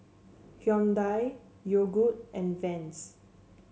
Hyundai Yogood and Vans